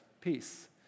peace